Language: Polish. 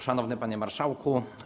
Szanowny Panie Marszałku!